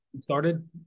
started